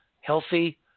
healthy